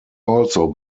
also